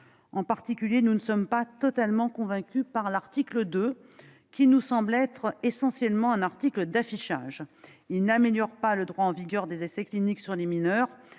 En particulier, nous ne sommes pas totalement convaincus par l'article 2, qui nous semble être essentiellement un article d'affichage. Il n'améliore pas le droit en vigueur des essais cliniques sur les mineurs,